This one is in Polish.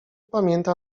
pamięta